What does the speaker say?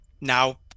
now